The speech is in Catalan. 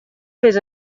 fes